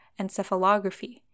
encephalography